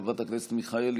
חברת הכנסת מיכאלי,